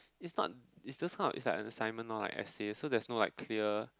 it's not it's just not it's like an assignment orh like essay so there's no like clear